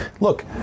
look